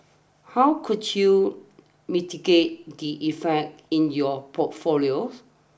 how could you mitigate the effect in your portfolios